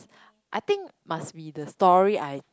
I think must be the story I